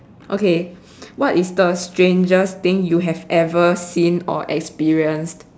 okay what is the strangest thing you have ever seen or experienced